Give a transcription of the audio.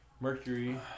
Mercury